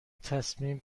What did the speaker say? تصمیم